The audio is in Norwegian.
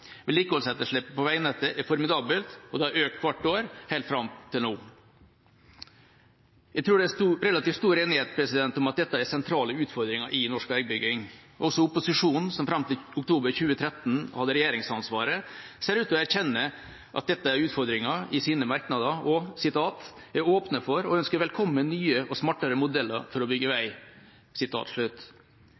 Vedlikeholdsetterslepet på veinettet er formidabelt, og det har økt hvert år helt fram til nå. Jeg tror det er relativt stor enighet om at dette er sentrale utfordringer i norsk veibygging. Også opposisjonen, som fram til oktober 2013 hadde regjeringsansvaret, ser i sine merknader ut til å erkjenne at dette er utfordringer og «er åpne for, og ønsker velkommen, nye og smartere modeller for å bygge